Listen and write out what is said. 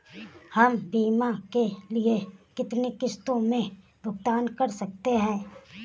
हम बीमा के लिए कितनी किश्तों में भुगतान कर सकते हैं?